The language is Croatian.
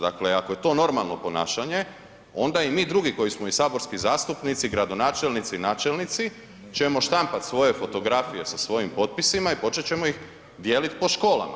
Dakle ako je to normalno ponašanje onda i mi drugi koji smo i saborski zastupnici, gradonačelnici i načelnici ćemo štampati svoje fotografije sa svojim potpisima i početi ćemo ih dijeliti po školama.